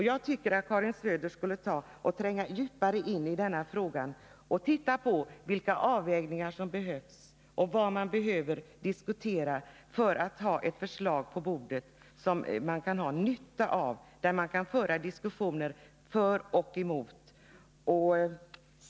Jag tycker att Karin Söder skulle tränga djupare in i den här frågan och se på vilka avvägningar som behöver göras och vad man behöver diskutera för att vi skall få ett förslag som vi kan ha nytta av och som kan utgöra ett underlag för diskussioner för och emot.